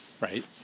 right